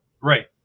Right